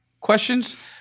questions